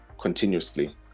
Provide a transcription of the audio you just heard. continuously